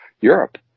Europe